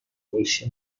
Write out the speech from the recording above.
neste